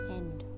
end